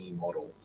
model